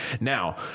now